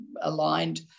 aligned